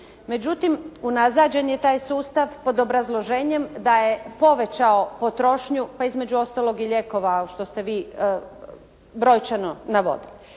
Međutim, unazađen je taj sustav pod obrazloženjem da je povećao potrošnju, pa između ostalog i lijekova što ste vi brojčano navodili.